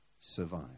survive